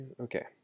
Okay